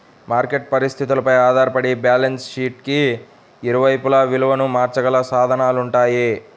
market పరిస్థితులపై ఆధారపడి balance షీట్కి ఇరువైపులా విలువను మార్చగల సాధనాలుంటాయంట